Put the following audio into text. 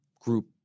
group